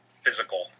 physical